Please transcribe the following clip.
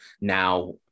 now